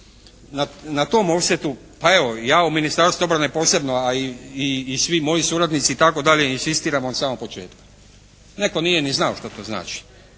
Na tom offsetu, pa evo ja u Ministarstvu obrane posebno a i svi moji suradnici itd. inzistiram od samog početka. Netko nije ni znao šta to znači.